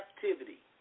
captivity